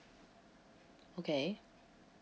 okay